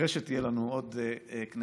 אחרי שתהיה לנו עוד כנסת,